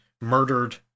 murdered